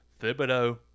Thibodeau